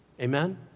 Amen